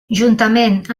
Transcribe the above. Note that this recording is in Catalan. juntament